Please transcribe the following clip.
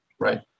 Right